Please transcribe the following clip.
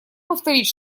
повторить